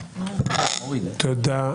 תודה.